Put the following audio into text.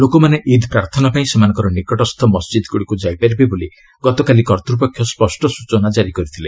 ଲୋକମାନେ ଇଦ୍ ପ୍ରାର୍ଥନା ପାଇଁ ସେମାନଙ୍କ ନିକଟସ୍ଥ ମସ୍ଜିଦ୍ଗୁଡ଼ିକୁ ଯାଇପାରିବେ ବୋଲି ଗତକାଲି କର୍ତ୍ତୃପକ୍ଷ ସ୍ୱଷ୍ଟ ସୂଚନା ଜାରି କରିଥିଲେ